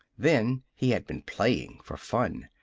then he had been playing for fun.